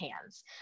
hands